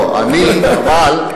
הבאה שלו?